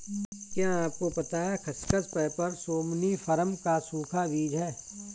क्या आपको पता है खसखस, पैपर सोमनिफरम का सूखा बीज है?